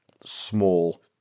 small